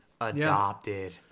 adopted